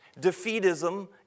Defeatism